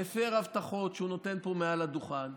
מפר הבטחות שהוא נותן פה מעל הדוכן,